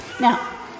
Now